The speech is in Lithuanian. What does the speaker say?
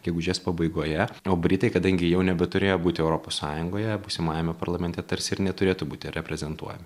gegužės pabaigoje o britai kadangi jau nebeturėjo būti europos sąjungoje būsimajame parlamente tarsi ir neturėtų būti reprezentuojami